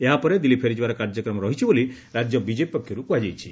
ଏହା ପରେ ଦିଲ୍ଲୀ ଫେରିଯିବାର କାର୍ଯ୍ୟକ୍ରମ ରହିଛି ବୋଲି ରାଜ୍ୟ ବିଜେପି ପକ୍ଷରୁ କୁହାଯାଇଛି